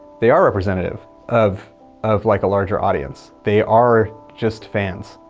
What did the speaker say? they are representative of of like a larger audience. they are just fans,